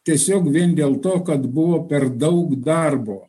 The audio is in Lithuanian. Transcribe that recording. tiesiog vien dėl to kad buvo per daug darbo